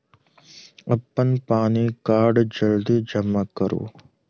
अप्पन पानि कार्ड जल्दी जमा करू?